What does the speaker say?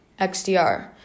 XDR